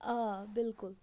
آ بِلکُل